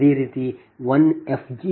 ಅದೇ ರೀತಿ Ifg2 j1